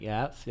Yes